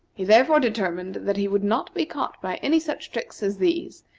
he therefore determined that he would not be caught by any such tricks as these,